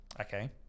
Okay